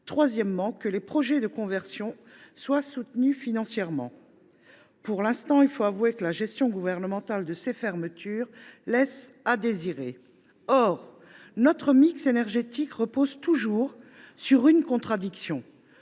; enfin, que les projets de conversion soient soutenus financièrement. Pour l’instant, il faut avouer que la gestion gouvernementale de ces fermetures laisse à désirer… Notre mix énergétique repose toujours sur une contradiction